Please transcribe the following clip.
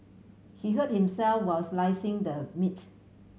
he hurt himself while slicing the meats